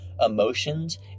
emotions